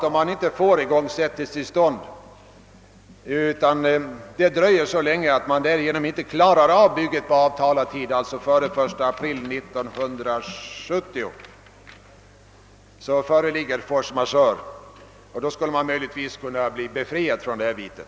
Om igångsättningstillståndet dröjer så länge att man inte klarar av bygget på avtalad tid — alltså före den 1 april 1970 — föreligger självfallet force majeure, och man skulle då kunna bli befriad från vite.